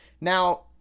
Now